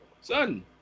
son